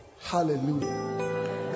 Hallelujah